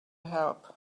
help